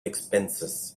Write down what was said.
expenses